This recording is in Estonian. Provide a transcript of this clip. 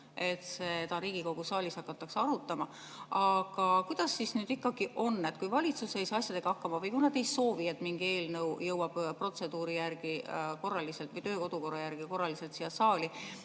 et seda Riigikogu saalis hakatakse arutama. Aga kuidas siis ikkagi on? Kui valitsus ei saa asjadega hakkama või kui nad ei soovi, et mingi eelnõu jõuab protseduuri või töö‑ ja kodukorra järgi korraliselt siia saali,